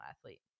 athlete